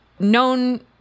known